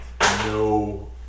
No